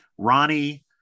Ronnie